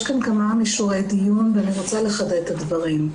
יש כאן כמה מישורי דיון ואני רוצה לחדד את הדברים.